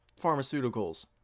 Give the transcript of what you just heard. pharmaceuticals